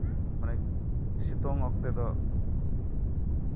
ᱢᱟᱱᱮ ᱥᱤᱛᱩᱝ ᱚᱠᱛᱮ ᱫᱚ